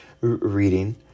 reading